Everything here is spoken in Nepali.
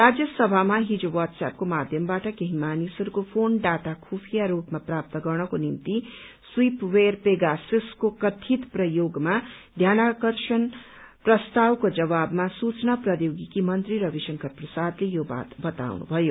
राज्यसभामा हिज व्हाट्सएपको माध्यमबाट केही मानिसहरूको फोन डाटा खुफिया रूपमा प्राप्त गर्नको निम्ति स्पाइवेयर पेगाससको कथित प्रयोगमा ध्यानाकर्षण प्रस्तावको जवाबमा सूचना प्रौद्योगिकी मन्त्री रविशंकर प्रसादले यो बात बताउनुभयो